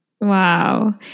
Wow